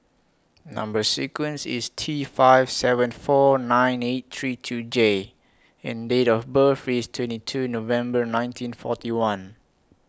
Number sequence IS T five seven four nine eight three two J and Date of birth IS twenty two November nineteen forty one